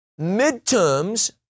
Midterms